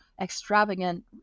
extravagant